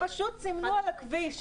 פשוט סימנו על הכביש,